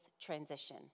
transition